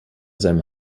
seinem